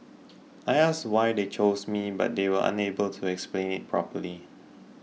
I asked why they chose me but they were unable to explain it properly